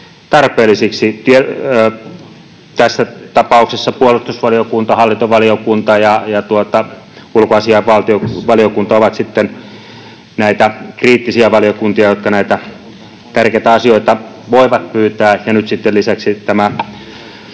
Tässä tapauksessa puolustusvaliokunta, hallintovaliokunta ja ulkoasiainvaliokunta ovat sitten näitä kriittisiä valiokuntia, jotka näitä tärkeitä asioita voivat pyytää,